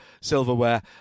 silverware